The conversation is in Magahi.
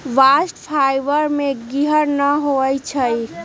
बास्ट फाइबर में गिरह न होई छै